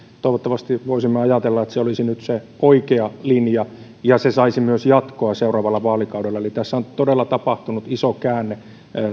toivottavasti voisimme ajatella että se olisi nyt se oikea linja ja se saisi myös jatkoa seuraavalla vaalikaudella eli tässä on todella tapahtunut iso käänne